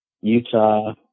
Utah